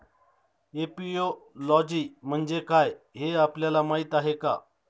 Apiology म्हणजे काय, हे आपल्याला माहीत आहे का?